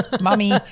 Mommy